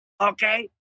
okay